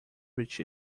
reach